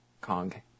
Kong